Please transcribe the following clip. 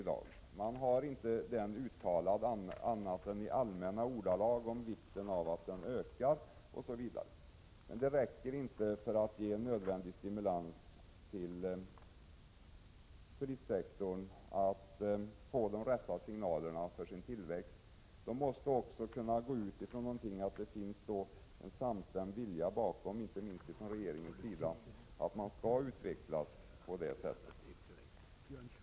Någon målsättning finns inte uttalad annat än i allmänna ordalag om vikten av att turismen ökar osv., och detta räcker inte, för att ge nödvändig stimulans till turistsektorn, så att den får de rätta signalerna för sin tillväxt. Inom turistsektorn måste man också kunna utgå ifrån att det finns en samstämd vilja bakom, inte minst från regeringens sida, om att utvecklingen skall ske på ett visst sätt.